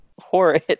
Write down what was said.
horrid